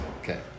Okay